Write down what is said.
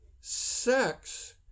Sex